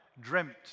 dreamt